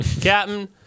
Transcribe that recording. captain